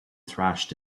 thrashed